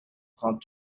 trente